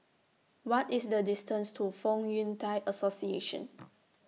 What IS The distance to Fong Yun Thai Association